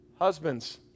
Husbands